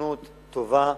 בשכנות טובה,